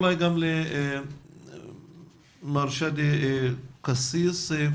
נשמח לראות איך אפשר לקדם את הסוגיה הזו.